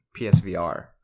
PSVR